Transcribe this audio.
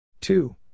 Two